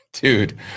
Dude